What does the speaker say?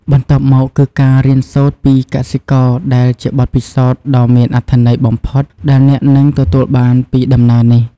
បន្ទាប់មកគឺការរៀនសូត្រពីកសិករដែលជាបទពិសោធន៍ដ៏មានអត្ថន័យបំផុតដែលអ្នកនឹងទទួលបានពីដំណើរនេះ។